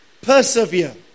persevere